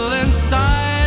inside